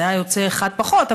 זה היה יוצא אחד פחות,